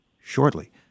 shortly